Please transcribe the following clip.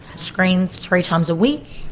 screens three times a week.